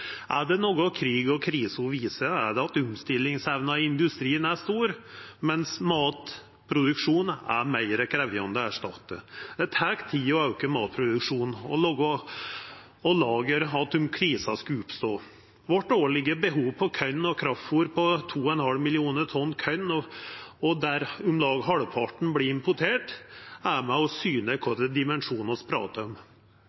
Er det noko krig og kriser viser, er det at omstillingsevna i industrien er stor, mens matproduksjon er meir krevjande å erstatta. Det tek tid å auka matproduksjonen og laga lager att om krisa skulle oppstå. Vårt årlege behov for korn og kraftfôr er 2,5 millionar tonn korn, og om lag halvparten vert importert. Det er med og syner kva for dimensjonar vi pratar om.